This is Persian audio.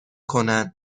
کنند